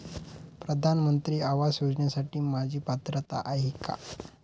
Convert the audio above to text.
प्रधानमंत्री आवास योजनेसाठी माझी पात्रता आहे का?